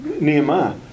Nehemiah